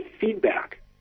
feedback